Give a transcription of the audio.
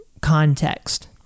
context